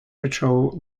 patrol